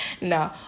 No